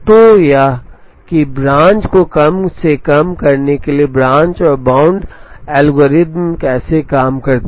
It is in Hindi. तो यह है कि ब्रांच को कम से कम करने के लिए ब्रांच और बाउंड अल्गोरिद्म कैसे काम करता है